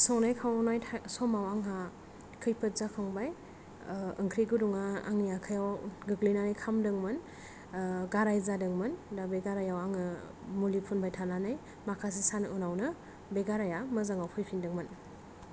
संनाय खावनाय समाव आंहा खैफोद जाखांबाय ओंख्रि गोदौना आंनि आखाइयाव गोग्लैनानै खामदोंमोन गाराय जादोंमोन दा बे गारायाव आङो मुलि फुनबाय थानानै माखासे साननि उनावनो बे गाराया मोजाङाव फैफिनदोंमोन